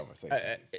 conversation